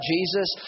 Jesus